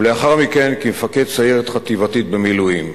ולאחר מכן, כמפקד סיירת חטיבתית במילואים,